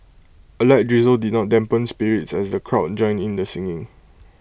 A light drizzle did not dampen spirits as the crowd joined in the singing